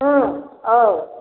ओम औ